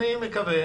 אני מקווה